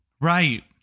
right